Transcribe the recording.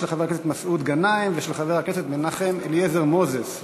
של חבר הכנסת מסעוד גנאים ושל חבר הכנסת מנחם אליעזר מוזס.